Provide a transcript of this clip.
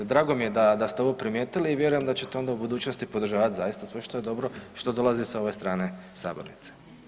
Drago mi je da ste ovo primijetili i vjerujem da ćete onda u budućnosti podržavati zaista sve što je dobro i što dolazi sa ove strane sabornice.